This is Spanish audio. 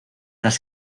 las